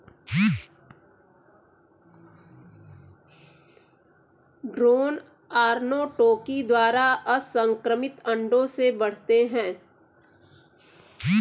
drone अर्नोटोकी द्वारा असंक्रमित अंडों से बढ़ते हैं